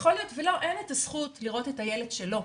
יכול להיות ולו אין את הזכות לראות את הילד שלו,